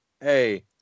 Hey